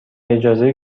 اجازه